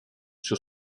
sur